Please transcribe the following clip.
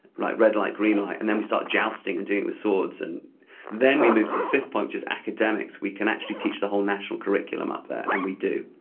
red light green light, and then we start jousting and doing it with swords. and then we move to the fifth point which is academics. we can actually teach the whole national curriculum up there, and we do.